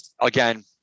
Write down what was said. again